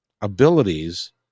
abilities